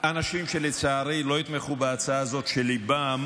אנשים שלצערי לא יתמכו בהצעה הזאת, כשליבם